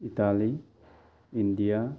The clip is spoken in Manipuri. Italy India